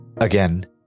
Again